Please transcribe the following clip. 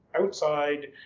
outside